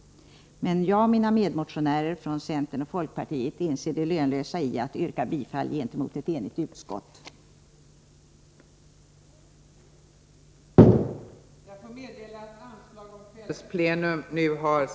Men jag och mina medmotionärer från centern och folkpartiet inser det lönlösa i att mot ett enigt utskott yrka bifall till vårt förslag.